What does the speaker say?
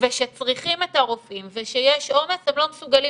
ושצריכים את הרופאים ושיש עומס הם לא מסוגלים